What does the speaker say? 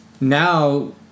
now